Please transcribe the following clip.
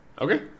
Okay